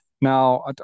now